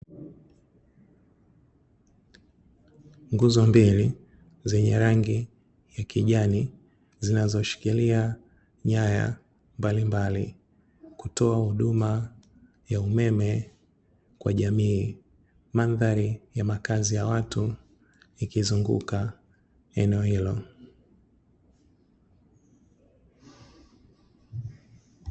Nguzo mbili zenye rangi ya kijani zinazoshikiria nyaya mbalimbali kutoa huduma ya umeme kwa jamii, mandhari ya makazi ya watu ikizunguka eneo hilo.